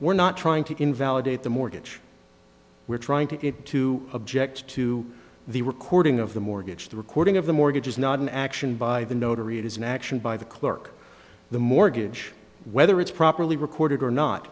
we're not trying to invalidate the mortgage we're trying to get to object to the recording of the mortgage the recording of the mortgage is not an action by the notary it is an action by the clerk the mortgage whether it's properly recorded or not